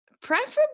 preferably